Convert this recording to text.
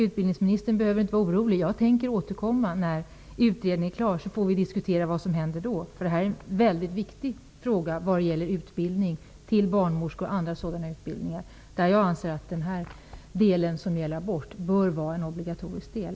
Utbildningsministern behöver inte vara orolig -- jag tänker återkomma när utredningen är klar. Då får vi diskutera vad som händer, för det här är en väldigt viktig fråga vad gäller utbildning till barnmorska och andra sådana utbildningar. Där anser jag att det som gäller abort bör vara en obligatorisk del.